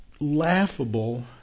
Laughable